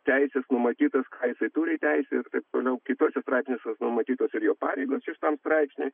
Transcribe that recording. teisės numatytos ką jisai turi teisę ir taip toliau kituose straipsniuose numatytos ir jo pareigos šeštam straipsny